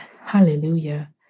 Hallelujah